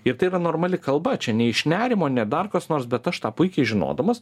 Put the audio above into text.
ir tai yra normali kalba čia ne iš nerimo ne dar kas nors bet aš tą puikiai žinodamas